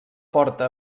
porta